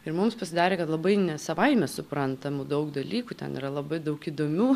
ir mums pasidarė kad labai ne savaime suprantamų daug dalykų ten yra labai daug įdomių